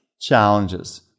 challenges